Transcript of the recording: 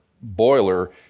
boiler